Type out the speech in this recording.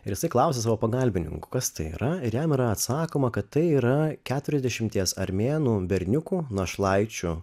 ir jisai klausia savo pagalbininkų kas tai yra ir jam yra atsakoma kad tai yra keturiasdešimties armėnų berniukų našlaičių